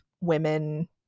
women